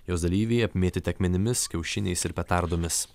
jos dalyviai apmėtyti akmenimis kiaušiniais ir petardomis